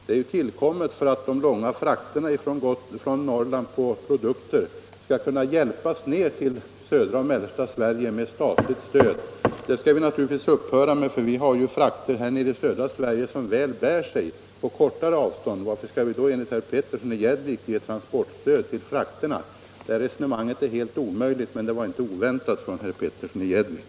Det är tillkommet för att hjälpa till med de långa frakterna av produkter från Norrland till södra och mellersta Sverige. Det skall vi naturligtvis upphöra med. Vi har ju frakter här nere i södra Sverige som väl bär sig på kortare avstånd. Det här resonemanget är helt omöjligt, men det var inte oväntat från herr Petersson i Gäddvik.